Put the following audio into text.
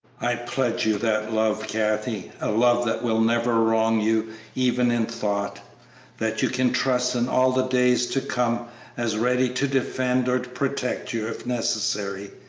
i pledge you that love, kathie a love that will never wrong you even in thought that you can trust in all the days to come as ready to defend or protect you if necessary,